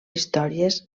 històries